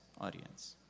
audience